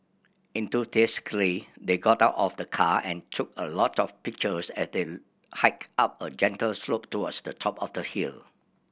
enthusiastically they got out of the car and took a lot of pictures as they hiked up a gentle slope towards the top of the hill